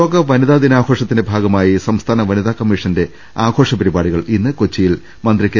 ലോക വനിതാ ദിനാഘോഷത്തിന്റെ ഭാഗമായി സംസ്ഥാന വനിതാ കമ്മിഷന്റെ ആഘോഷ പരിപാടികൾ ഇന്ന് കൊച്ചിയിൽ മന്ത്രി കെ